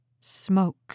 Smoke